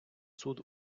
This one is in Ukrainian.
суд